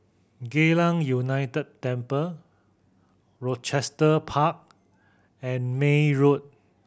Geylang United Temple Rochester Park and May Road